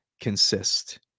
consist